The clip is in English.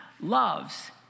loves